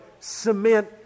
cement